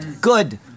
Good